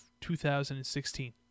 2016